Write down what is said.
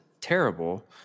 terrible